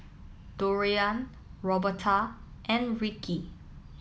Dorian Roberta and Ricky